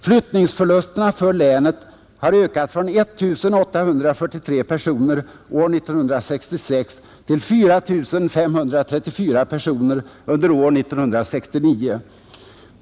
Flyttningsförlusterna för länet har ökat från 1 843 personer år 1966 till 4 534 personer under år 1969.